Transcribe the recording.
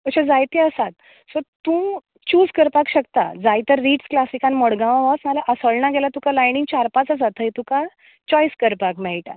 अश्यो जायत्यो आसा सो तूं चूस करपाक शकता जाय तर रिट्स क्लासिकांत मडगांवा वच नाजाल्यार आसोळणा गेल्यार तुका लायनीन चार पांच आसा थंय तुका चोयस करपाक मेळटा